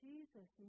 Jesus